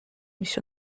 mis